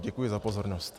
Děkuji za pozornost.